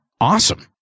awesome